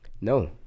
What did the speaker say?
No